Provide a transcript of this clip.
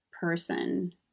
person